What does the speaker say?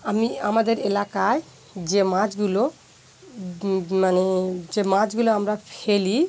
আমি আমাদের এলাকায় যে মাছগুলো মানে যে মাছগুলো আমরা ফেলি